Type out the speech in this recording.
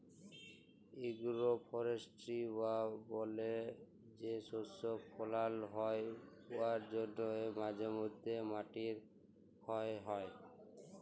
agro forestry বা বলে যে শস্য ফলাল হ্যয় উয়ার জ্যনহে মাঝে ম্যধে মাটির খ্যয় হ্যয়